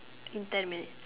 in ten minutes